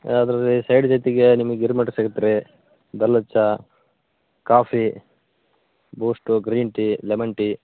ಅದ್ರದೆ side ಜೊತೆಗೆ ನಿಮಗೆ ಗಿರ್ಮಟ್ ಸಿಗತ್ತೆ ರೀ ಬೆಲ್ಲದ ಚಾ coffee Boost green tea lemon tea